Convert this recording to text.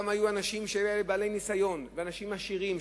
היו אנשים בעלי ניסיון ואנשים עשירים,